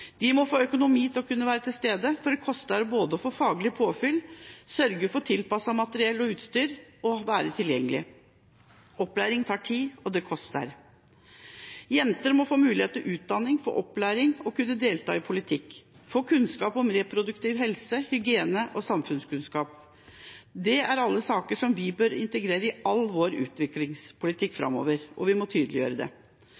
De må få økonomi til å kunne være til stede, for det koster å få faglig påfyll, sørge for tilpasset materiell og utstyr og være tilgjengelig. Opplæring tar tid, og det koster. Jenter må få mulighet til utdanning og opplæring og kunne delta i politikk, få kunnskap om reproduktiv helse, hygiene og samfunnskunnskap. Det er alle saker som vi bør integrere i all vår utviklingspolitikk